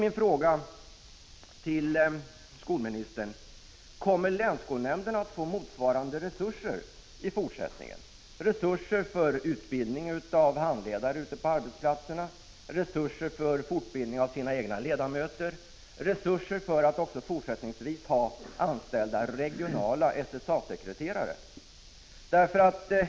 Min fråga till skolministern är: Kommer länsskolnämnderna att få motsvarande resurser i fortsättningen, resurser för utbildning av handledare ute på arbetsplatserna, resurser för fortbildning av sina egna ledamöter, resurser för att också fortsättningsvis ha anställda regionala SSA-sekreterare?